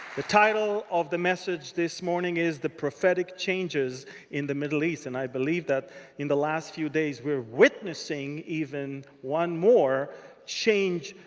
the title of the message this morning is the prophetic changes in the middle east. and i believe that in the last few days we're witnessing even one more change